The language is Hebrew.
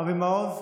אבי מעוז?